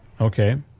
Okay